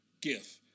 gift